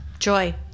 Joy